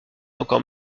encore